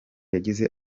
yagize